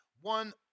one